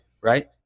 right